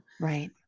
right